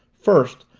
first,